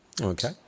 Okay